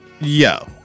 Yo